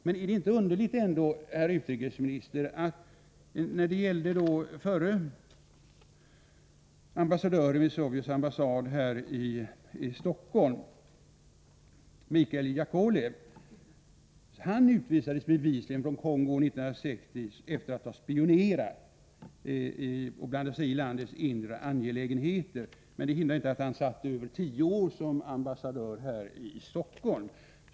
Men är det inte underligt, herr utrikesminister, att förre ambassadören vid Sovjets ambassad här i Stockholm, Michail Jakovlev, som bevisligen utvisades från Kongo 1960 efter att ha spionerat och blandat sig i landets inre angelägenheter, ändå fungerade mer än tio år som ambassadör här i Stockholm.